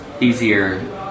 easier